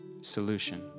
solution